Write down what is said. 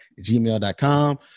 gmail.com